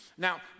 Now